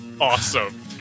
awesome